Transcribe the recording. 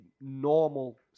normal